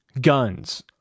guns